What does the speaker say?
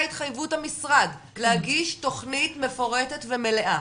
התחייבות המשרד להגיש תכנית מפורטת ומלאה,